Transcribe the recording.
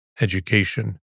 education